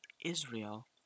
Israel